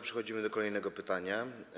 Przechodzimy do kolejnego pytania.